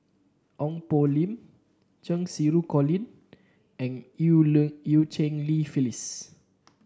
Ong Poh Lim Cheng Xinru Colin and Eu Eu Cheng Li Phyllis